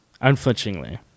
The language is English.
unflinchingly